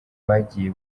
bagiye